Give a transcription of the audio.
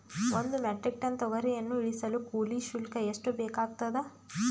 ಒಂದು metric ton ತೊಗರಿಯನ್ನು ಇಳಿಸಲು ಕೂಲಿ ಶುಲ್ಕ ಎಷ್ಟು ಬೇಕಾಗತದಾ?